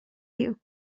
you